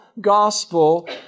gospel